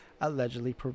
allegedly